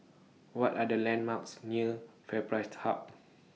What Are The landmarks near FairPrice Hub